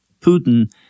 Putin